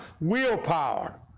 willpower